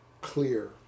clear